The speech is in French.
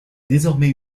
désormais